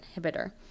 inhibitor